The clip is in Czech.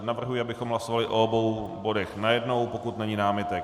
Navrhuji, abychom hlasovali o obou bodech najednou, pokud není námitek.